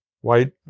White